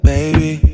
Baby